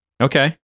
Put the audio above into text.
Okay